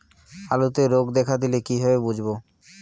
আলুতে রোগ দেখা দিলে কিভাবে বুঝবো?